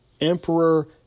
Emperor